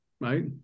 right